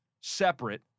separate